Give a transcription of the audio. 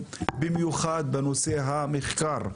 במיוחד בנושא המחקר.